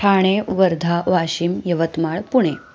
Thane Wardha Washim Yavatmal Pune